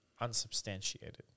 unsubstantiated